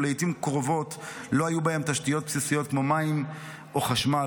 ולעיתים קרובות לא היו בהם תשתיות בסיסיות כמו מים או חשמל.